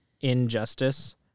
injustice